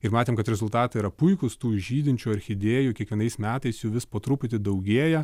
ir matėm kad rezultatai yra puikūs tų žydinčių orchidėjų kiekvienais metais jų vis po truputį daugėja